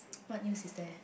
what news is there